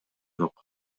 жок